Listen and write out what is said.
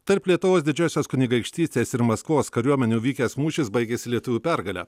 tarp lietuvos didžiosios kunigaikštystės ir maskvos kariuomenių vykęs mūšis baigėsi lietuvių pergale